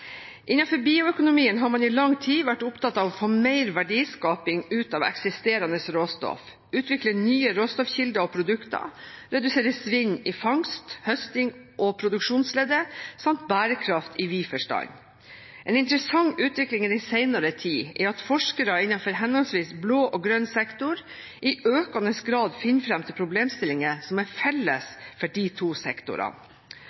bioøkonomien har man i lang tid vært opptatt av å få mer verdiskaping ut av eksisterende råstoff, utvikle nye råstoffkilder og -produkter, redusere svinn i fangst, høsting og produksjonsleddet samt bærekraft i vid forstand. En interessant utvikling i senere tid er at forskere innenfor henholdsvis «blå» og «grønn» sektor i økende grad finner fram til problemstillinger som er felles for de to sektorene.